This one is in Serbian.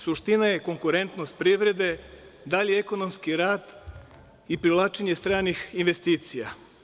Suština je konkurentnost privrede, dalji ekonomski rast i privlačenje stranih investicija.